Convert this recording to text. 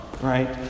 right